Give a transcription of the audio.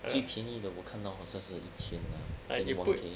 最便宜的我看到好像是一千 ah I think one K